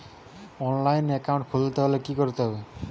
অনলাইনে একাউন্ট খুলতে হলে কি করতে হবে?